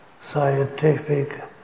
scientific